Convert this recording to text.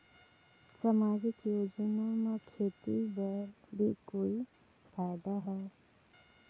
समाजिक योजना म खेती बर भी कोई फायदा है?